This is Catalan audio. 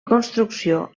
construcció